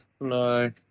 No